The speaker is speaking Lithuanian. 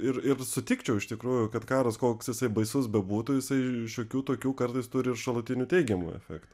ir ir sutikčiau iš tikrųjų kad karas koks jisai baisus bebūtų jisai šiokių tokių kartais turi šalutinių teigiamų efektų